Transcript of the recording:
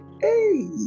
Hey